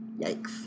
yikes